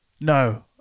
No